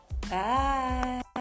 Bye